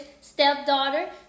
stepdaughter